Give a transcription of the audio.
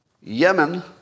Yemen